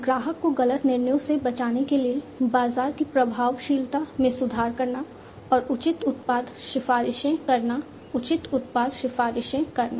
ग्राहक को गलत निर्णयों से बचाने के लिए बाजार की प्रभावशीलता में सुधार करना और उचित उत्पाद सिफारिशें करना उचित उत्पाद सिफारिशें करना